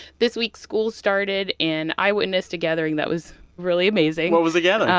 this week, schools started, and i witnessed a gathering that was really amazing was the gathering?